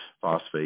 phosphate